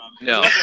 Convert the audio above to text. No